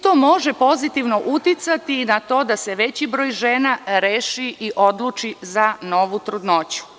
To može pozitivno uticati i na to da se veći broj žena reši i odluči za novu trudnoću.